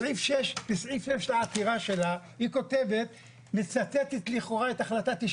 בסעיף 6 לעתירה שלה היא מצטטת לכאורה את החלטה 99'